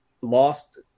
lost